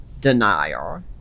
denial